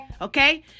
okay